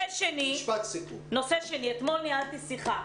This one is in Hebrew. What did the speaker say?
משרד הבריאות מנהל את המשבר הזה, בואו נחכה.